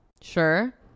Sure